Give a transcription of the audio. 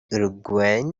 uruguayan